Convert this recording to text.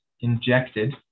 injected